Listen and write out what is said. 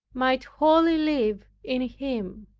might wholly live in him.